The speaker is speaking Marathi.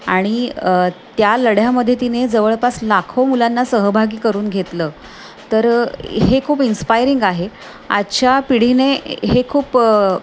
आणि त्या लढ्यामध्ये तिने जवळपास लाखो मुलांना सहभागी करून घेतलं तर हे खूप इन्स्पायरिंग आहे आजच्या पिढीने हे खूप